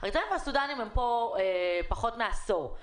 האריתראים והסודנים הם כאן פחות מעשור.